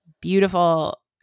beautiful